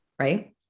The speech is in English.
right